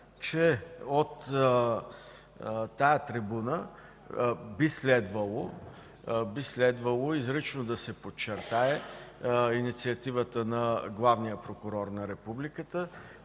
че от тази трибуна би следвало изрично да се подчертае инициативата на главния прокурор на Републиката